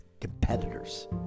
competitors